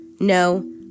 No